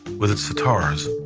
with its sitars,